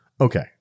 Okay